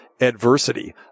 Adversity